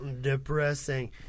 depressing